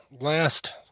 last